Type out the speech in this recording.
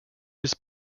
his